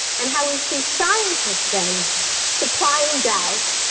and how we see scientists then supplying doubt,